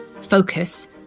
focus